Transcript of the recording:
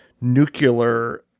nuclear